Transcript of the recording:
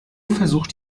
versucht